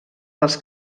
dels